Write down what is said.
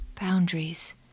Boundaries